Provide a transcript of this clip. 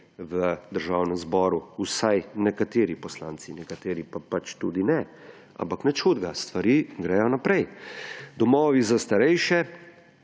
v Državnem zboru ‒ vsaj nekateri poslanci, nekateri pa pač tudi ne. Ampak nič hudega, stvari gredo naprej. Domovi za starejše,